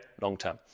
Long-term